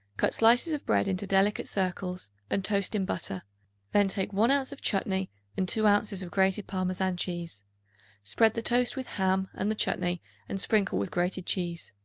cut slices of bread into delicate circles and toast in butter then take one ounce of chutney and two ounces of grated parmesan cheese spread the toast with ham and the chutney and sprinkle with grated cheese.